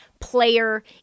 player